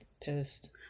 pissed